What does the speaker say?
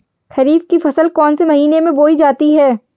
खरीफ की फसल कौन से महीने में बोई जाती है?